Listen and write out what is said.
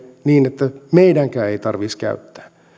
niin että meidänkään ei tarvitsisi käyttää